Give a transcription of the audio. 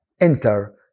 enter